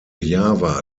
java